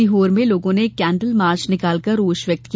सीहोर में लोगों candle march निकाल कर रोष व्यक्त किया